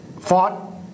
fought